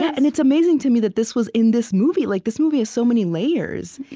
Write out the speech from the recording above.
yeah and it's amazing to me that this was in this movie. like this movie has so many layers.